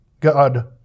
God